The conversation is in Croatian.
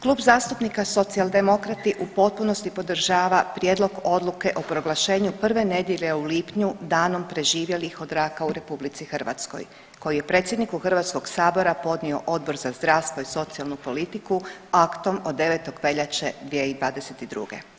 Klub zastupnika Socijaldemokrati u potpunosti podržava Prijedlog odluke o proglašenju prve nedjelje u lipnju danom preživjelih od raka u Republici Hrvatskoj koji je predsjedniku Hrvatskog sabora podnio Odbor za zdravstvo i socijalnu politiku aktom od 9. veljače 2022.